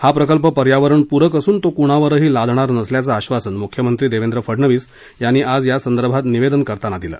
हा प्रकल्प पर्यावरणपूरक असून तो कृणावरही लादणार नसल्याचं आश्वासन मुख्यमंत्री देवेंद्र फडनवीस यांनी आज यासंदर्भात निवेदन करताना दिलं